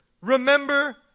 remember